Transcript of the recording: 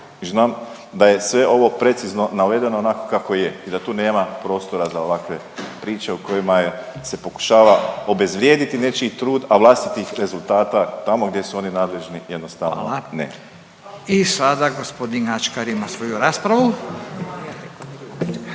znam da je sve ovo precizno navedeno onako kako je i da tu nema prostora za ovakve priče o kojima se pokušava obezvrijediti nečiji trud, a vlastitih rezultata tamo gdje su oni nadležni jednostavno nema. **Radin, Furio (Nezavisni)**